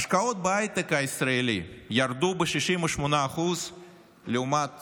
השקעות בהייטק הישראלי ירדו ב-68% לעומת